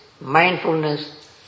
mindfulness